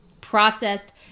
Processed